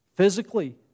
physically